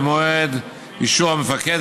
במועד אישור המפקד,